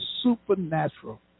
supernatural